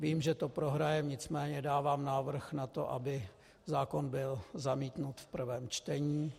Vím, že to prohrajeme, nicméně dávám návrh na to, aby zákon byl zamítnut v prvém čtení.